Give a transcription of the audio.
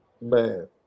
Man